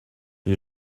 you